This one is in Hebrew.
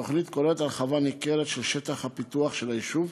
התוכנית כוללת הרחבה ניכרת של שטח הפיתוח של היישוב,